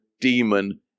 demon